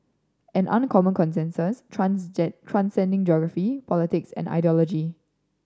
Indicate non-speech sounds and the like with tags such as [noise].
an uncommon consensus [unintelligible] transcending geography politics and ideology